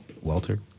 Walter